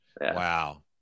wow